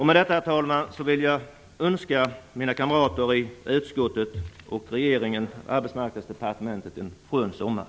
Med detta, herr talman, vill jag önska mina kamrater i utskottet, i regeringen och på Arbetsmarknadsdepartementet en skön sommar.